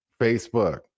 Facebook